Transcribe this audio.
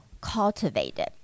cultivated